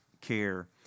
care